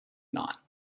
knot